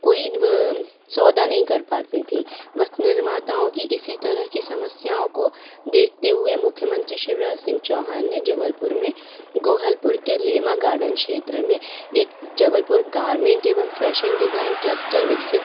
कोई सौदा नहीं कर पाती थीं वस्त्र निर्माताओं की इसी तरह की समस्याओं को देखते हुए मुख्यमंत्री शिवराज सिंह चौहान ने जबलपुर में गोहलपूर के लेमा गार्डन क्षेत्र में एक जबलपुर गारमेंट एवं फ़ैशन डिज़ाइन क्लस्टर विकसित